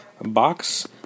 Box